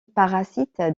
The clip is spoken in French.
parasite